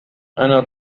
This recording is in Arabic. أنا